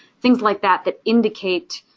things like that that indicate,